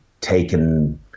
taken